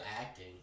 acting